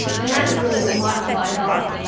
and that is really a lot to bite off.